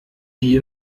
wie